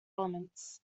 elements